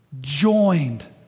Joined